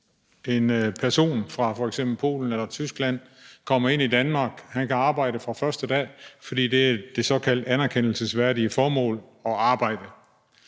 en person fra f.eks. Polen eller Tyskland kommer ind i Danmark. Han kan arbejde fra første dag, fordi det er et såkaldt anerkendelsesværdigt formål at arbejde.